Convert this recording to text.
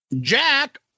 Jack